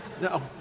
No